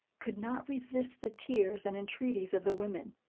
could not resist the tears and entreaties of the women.